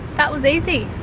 that was easy.